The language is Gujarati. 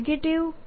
BA